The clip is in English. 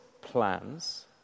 plans